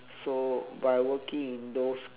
so by working in those